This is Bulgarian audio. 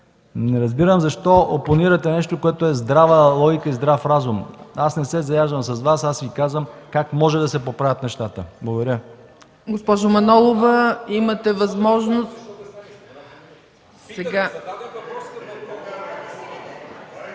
Не разбирам защо опонирате нещо, което е здрава логика и здрав разум. Не се заяждам с Вас, казвам Ви как може да се поправят нещата. Благодаря.